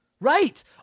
right